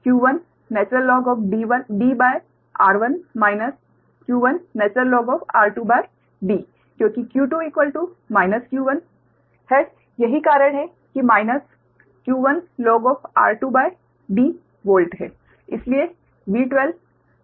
इसलिए जब D11 r1 और D22 r2 है इसलिए V1212πϵ0q1Dr1 q1r2D क्योंकि q2 q1 यही कारण है कि माइनस q1r2D वोल्ट है